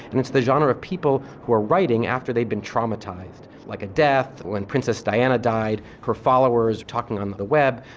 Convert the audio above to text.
and it's the genre of people who are writing after they've been traumatised. like a death when princess diana died, her followers talking on the web,